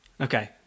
Okay